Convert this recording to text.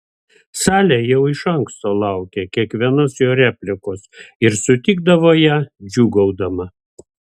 salė jau iš anksto laukė kiekvienos jo replikos ir sutikdavo ją džiūgaudama